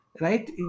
right